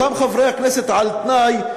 אותם חברי הכנסת על-תנאי,